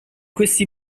questi